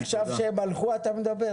עכשיו כשהם הלכו אתה מדבר?